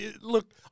Look